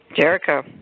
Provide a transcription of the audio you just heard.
Jericho